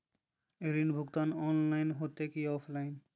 ऋण भुगतान ऑनलाइन होते की ऑफलाइन?